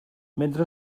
mentre